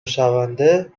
شونده